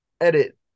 edit